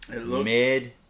mid